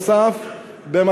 נוסף על כך,